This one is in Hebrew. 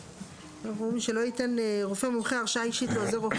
(ט)לא ייתן רופא מומחה הרשאה אישית לעוזר רופא